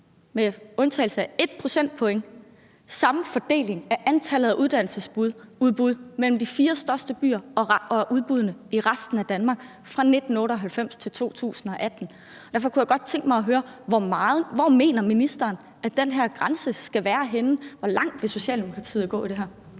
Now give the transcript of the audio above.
med undtagelse af ét procentpoint – har været den samme fordeling af antallet af uddannelsesudbud mellem de fire største byer og resten af Danmark fra 1998 til 2018. Derfor kunne jeg godt tænke mig at høre: Hvorhenne mener ministeren at den her grænse skal være? Hvor langt vil Socialdemokratiet gå i det her?